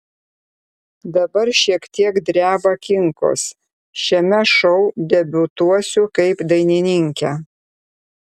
dabar šiek tiek dreba kinkos šiame šou debiutuosiu kaip dainininkė